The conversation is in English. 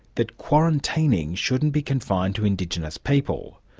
that quarantining shouldn't be confined to indigenous people.